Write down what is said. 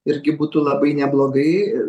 irgi būtų labai neblogai